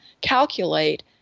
calculate